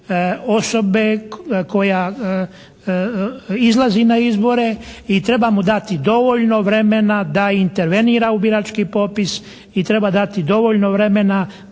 osobe koja izlazi na izbore i treba mu dati dovoljno vremena da intervenira u birački popis i treba dati dovoljno vremena